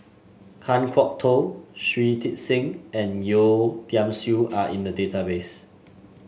Kan Kwok Toh Shui Tit Sing and Yeo Tiam Siew are in the database